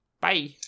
bye